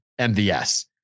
MVS